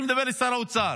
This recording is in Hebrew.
אני מדבר לשר האוצר.